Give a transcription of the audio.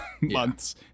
months